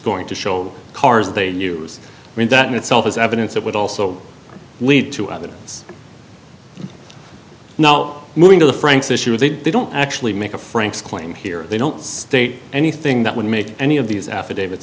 going to show cars they knew i mean that in itself is evidence that would also lead to other now moving to the franks issue that they don't actually make a frank's claim here they don't state anything that would make any of these affidavit